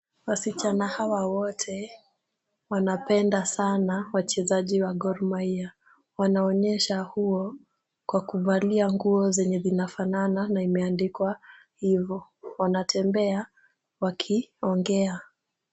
Wasichana hawa wote, wanapenda sana wachezaji wa Gor Mahia. Wanaonyesha huo kwa kuvalia nguo zenye zinafanana na imeandikwa hivyo. Wanatembea, wakiongea.